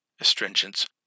astringents